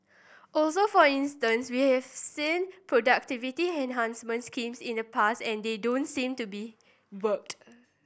also for instance we have seen productivity enhancement schemes in the past and they don't seem to be worked